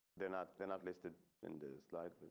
they're not they're not listed in the slide.